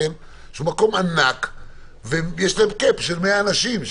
שהיא מקום ענק ויש להם קייפ של 100 אנשים.